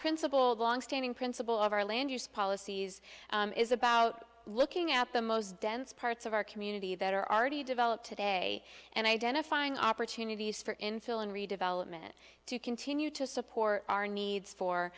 principle of long standing principle of our land use policies is about looking at the most dense parts of our community that are already developed today and identifying opportunities for infill and redevelopment to continue to support our needs for